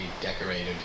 decorated